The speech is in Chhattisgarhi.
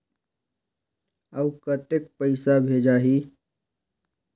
अउ कतेक पइसा भेजाही?